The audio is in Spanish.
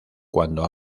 cuando